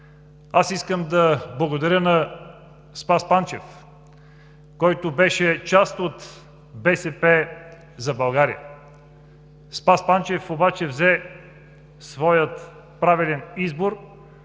Искам да благодаря на Спас Панчев, който беше част от „БСП за България“. Спас Панчев обаче взе своя правилен избор.